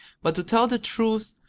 but to tell the truth,